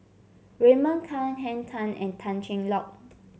Raymond Kang Henn Tan and Tan Cheng Lock